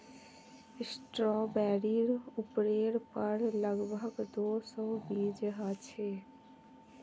स्ट्रॉबेरीर उपरेर पर लग भग दो सौ बीज ह छे